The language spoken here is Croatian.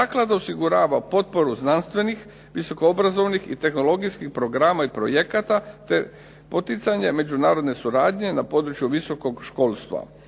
Zakladu osigurava potporu znanstvenih, visoko obrazovanih i tehnologijskih programa i projekata, te poticanje međunarodne suradnje na području visokog školstva.